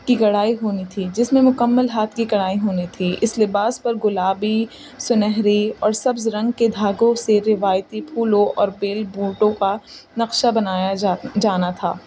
کی کڑھائی ہونی تھی جس میں مکمل ہاتھ کی کڑھائی ہونی تھی اس لباس پر گلابی سنہری اور سبز رنگ کے دھاگوں سے روایتی پھولوں اور بیل بوٹوں کا نقشہ بنایا جا جانا تھا